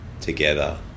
together